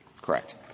Correct